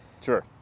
Sure